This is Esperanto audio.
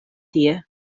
tie